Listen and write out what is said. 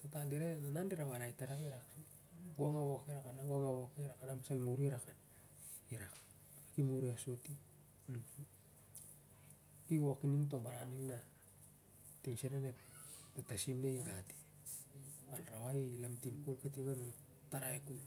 Tata dira e nana dira warai tari rakse gang a wok i rakana gong a wok i lakena mal wok i rakan irak dat ki muri asot i. I wok in ning to baran ning na ting onep tatasim na i gat i anrawai i lamtin mat kol kating arin ep tarai kol